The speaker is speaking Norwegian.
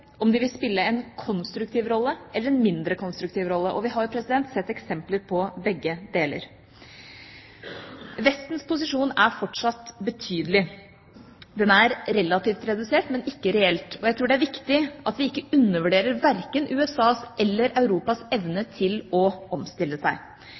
om de vil spille en konstruktiv rolle, eller en mindre konstruktiv rolle. Vi har sett eksempler på begge deler. Vestens posisjon er fortsatt betydelig. Den er relativt redusert, men ikke reelt. Jeg tror det er viktig at vi ikke undervurderer verken USAs eller Europas evne til å omstille seg.